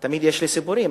תמיד יש לי סיפורים,